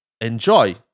enjoy